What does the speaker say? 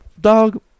dog